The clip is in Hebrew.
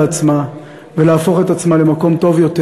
עצמה ולהפוך את עצמה למקום טוב יותר.